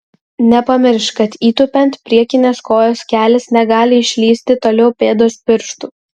nepamiršk kad įtūpiant priekinės kojos kelis negali išlįsti toliau pėdos pirštų